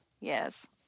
Yes